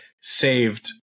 saved